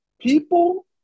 People